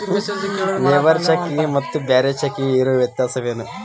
Labour ಚೆಕ್ಕಿಗೆ ಮತ್ತ್ ಬ್ಯಾರೆ ಚೆಕ್ಕಿಗೆ ಇರೊ ವ್ಯತ್ಯಾಸೇನು?